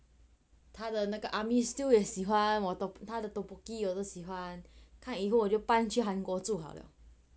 他的那个 army stew 也喜欢他的 tteokboki 我喜欢看以后我就搬去韩国住